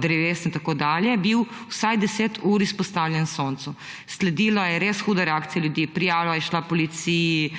dreves in tako dalje, vsaj 10 ur izpostavljen soncu. Sledila je res huda reakcija ljudi. Prijava je šla policiji,